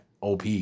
OP